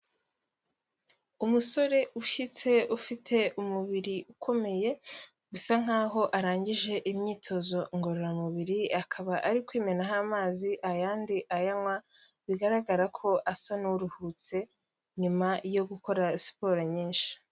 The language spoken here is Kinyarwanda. Umusore ushyitse ufite umubiri ukomeye, bisa nkaho arangije imyitozo ngororamubiri, akaba ari kwimenaho amazi ayandi ayanywa; bigaragara ko asa n'uruhutse nyuma yo gukora siporo nyinshi.